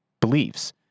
beliefs